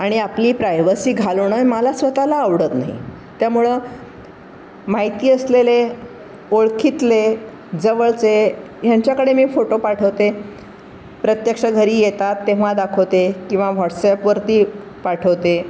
आणि आपली प्रायवसी घालवणं मला स्वतःला आवडत नाही त्यामुळं माहिती असलेले ओळखीतले जवळचे ह्यांच्याकडे मी फोटो पाठवते प्रत्यक्ष घरी येतात तेव्हा दाखवते किंवा व्हॉट्सॲपवरती पाठवते